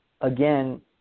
again